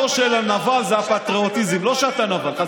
אני לא נרדם בלילה כשאתה מדבר פה על,